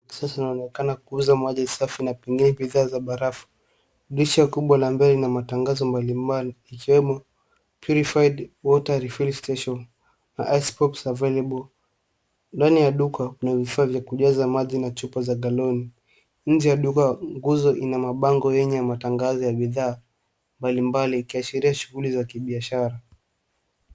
inaonekana kuuza maji safi na pengine bidhaa za barafu. Dirisha kubwa la mbele lina matangazo mbalimbali ikiwemo purified water refill station na icepops available . Ndani ya duka kuna vifaa vya kujaza maji na chupa za galoni. Nje ya duka nguzo ina mabango yenye matangazo ya bidhaa mbalimbali ikiashiria shughuli za kibiashara.